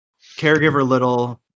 caregiver-little